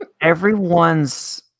everyone's